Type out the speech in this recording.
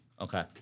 Okay